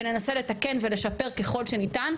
וננסה לתקן ולשפר ככל שניתן,